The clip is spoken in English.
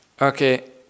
Okay